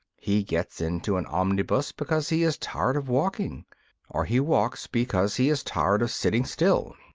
he gets into an omnibus because he is tired of walking or he walks because he is tired of sitting still.